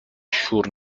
شور